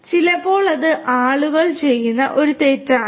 അതിനാൽ ചിലപ്പോൾ അത് ആളുകൾ ചെയ്യുന്ന ഒരു തെറ്റാണ്